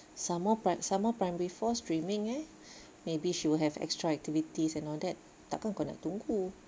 some more pri~ some more primary four streaming eh maybe she will have extra activities and all that tak kan kau nak tunggu